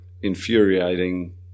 infuriating